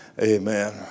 Amen